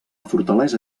fortalesa